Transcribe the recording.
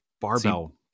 barbell